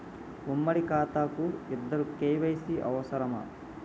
ఉమ్మడి ఖాతా కు ఇద్దరు కే.వై.సీ అవసరమా?